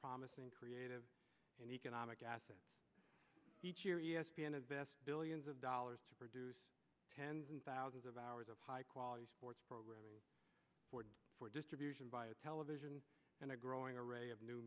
promising creative and economic assets each year yes vienna's best billions of dollars to produce tens and thousands of hours of high quality sports programming for for distribution via television and a growing array of new